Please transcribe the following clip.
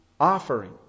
offering